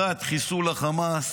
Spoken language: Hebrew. חיסול החמאס,